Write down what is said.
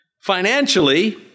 Financially